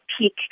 peak